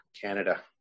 Canada